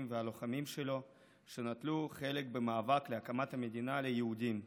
והלוחמים שלו שנטלו חלק במאבק להקמת המדינה ליהודים.